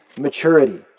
maturity